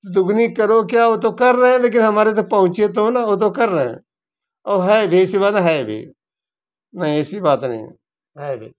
दुगनी करो क्या वो तो कर रहे हैं लेकिन हमारे तक पहुँचे तो ना वो तो कर रहे हैं और है भी ऐसी बात नहीं है भी नहीं ऐसी बात नहीं है है भी